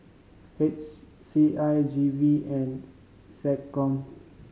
H C I G V and SecCom